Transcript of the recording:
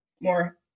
more